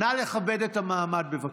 נא לכבד את המעמד, בבקשה.